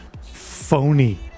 Phony